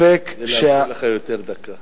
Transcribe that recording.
מאפשר לך דקה יותר.